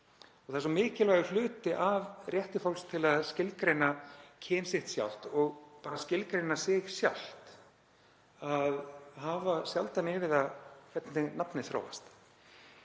Það er mikilvægur hluti af rétti fólks til að skilgreina kyn sitt sjálft, og skilgreina sig sjálft, að hafa sjálfdæmi um það hvernig nafnið þróast.